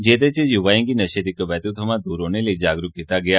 जेह्दे च युवाए गी नशे दी कबेतू थमां दूर रौह्ने लेई जागरूक कीता गेआ